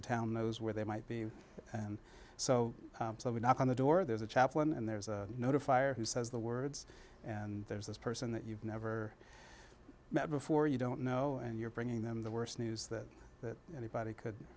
the town knows where they might be and so i would knock on the door there's a chaplain and there's a notifier who says the words and there's this person that you've never met before you don't know and you're bringing them the worst news that anybody could